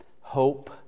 hope